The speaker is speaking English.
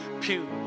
pew